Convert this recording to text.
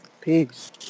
Peace